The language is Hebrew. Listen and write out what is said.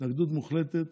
התנגדות מוחלטת